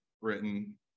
written